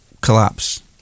collapse